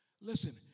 Listen